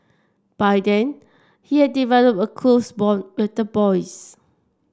by then he had developed a close bond with the boys